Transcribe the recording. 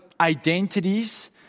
identities